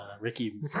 Ricky